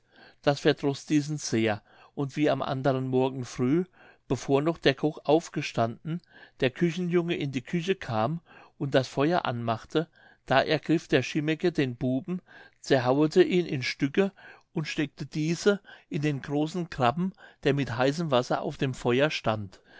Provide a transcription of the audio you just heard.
das verdroß diesen sehr und wie am anderen morgen früh bevor noch der koch aufgestanden der küchenjunge in die küche kam und das feuer anmachte da ergriff der chimmeke den buben zerhauete ihn in stücke und steckte diese in den großen grapen der mit heißem wasser auf dem feuer stand